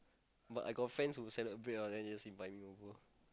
but I got friends who celebrate ah then they just invite me over